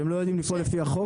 שהם לא יודעים לפעול לפי החוק?